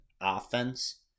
offense